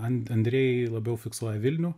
andrej labiau fiksuoja vilnių